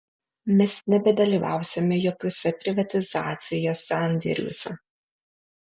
mes nebedalyvausime jokiuose privatizacijos sandėriuose